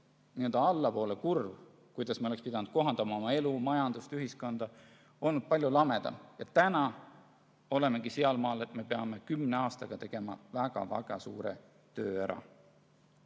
n‑ö allapoole kurv, kuidas me oleks pidanud kohandama oma elu, majandust ja ühiskonda, olnud palju lamedam. Täna olemegi sealmaal, et peame kümne aastaga tegema ära väga-väga suure töö.